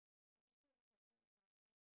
my picture only got two towels